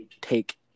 take